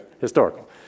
historical